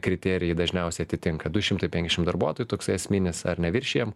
kriterijai dažniausiai atitinka du šimtai penkiasdešim darbuotojų toks esminis ar neviršijam